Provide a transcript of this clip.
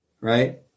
right